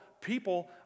people